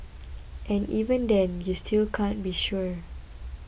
and even then you still can't be sure